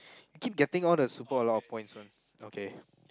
I keep getting all the super a lot of points one okay